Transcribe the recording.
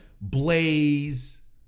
Blaze